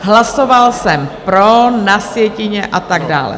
Hlasoval jsem pro, na sjetině a tak dále.